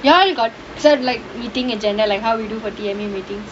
you all got